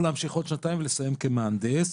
או להמשיך עוד שנתיים ולסיים כמהנדס.